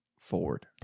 forward